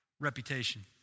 reputation